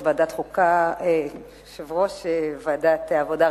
יושב-ראש ועדת העבודה,